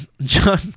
John